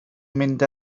mynd